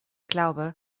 glaube